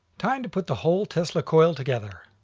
time to put the whole tesla coil together.